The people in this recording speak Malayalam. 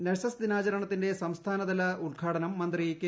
നഴ്സസ് ദിനാചരണത്തിന്റെ സംസ്ഥാനതല ഉദ്ഘൂട്ട്ടിൽ ് മന്ത്രി കെ